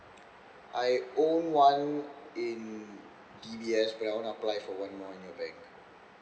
I own one in D_B_S but I wanna apply for one more in your bank